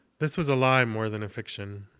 this was a lie more than a fiction.